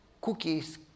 cookies